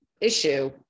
issue